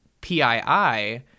PII